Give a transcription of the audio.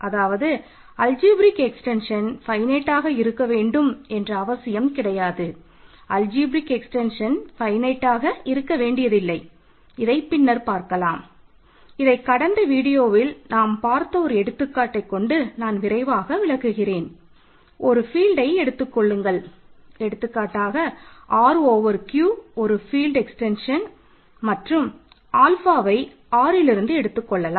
அதாவது அல்ஜிப்ரேக் 3 என்று வைத்துக் கொள்ளலாம்